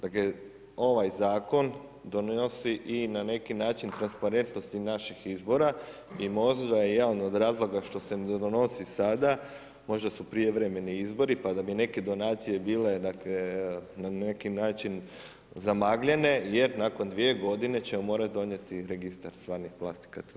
Dakle, ovaj Zakon donosi i na neki način transparentnost i naših izbora i možda je jedan od razloga što se ne donosi sada, možda su prijevremeni izbori, pa da bi neke donacije bile dakle, na neki način zamagljene jer nakon dvije godine ćemo morati donijeti Registar stvarnih vlasnika tvrtki.